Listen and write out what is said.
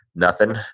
nothing.